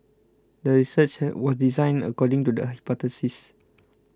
the research was designed according to the hypothesis